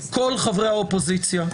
כל חברי האופוזיציה,